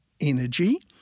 energy